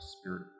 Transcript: spirit